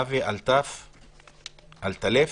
אבי אלטלף,